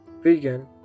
Vegan